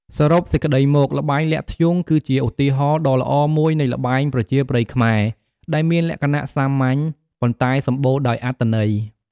សរុបសេចក្ដីមក ល្បែងលាក់ធ្យូង គឺជាឧទាហរណ៍ដ៏ល្អមួយនៃល្បែងប្រជាប្រិយខ្មែរ ដែលមានលក្ខណៈសាមញ្ញ ប៉ុន្តែសម្បូរដោយអត្ថន័យ។